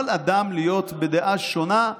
יכול אדם להיות בדעה שונה